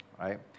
right